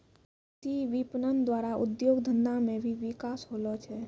कृषि विपणन द्वारा उद्योग धंधा मे भी बिकास होलो छै